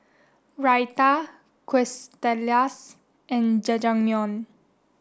Raita Quesadillas and Jajangmyeon